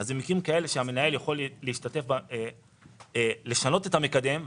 אז במקרים כאלה המנהל יכול לשנות את המקדם.